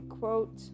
quote